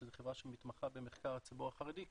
שזו חברה שמתמחה במחקר לציבור החרדי,